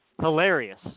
hilarious